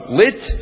lit